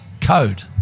code